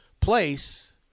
place